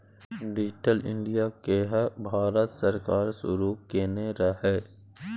digital India केँ भारत सरकार शुरू केने रहय